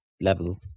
level